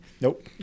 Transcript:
Nope